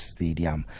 Stadium